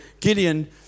Gideon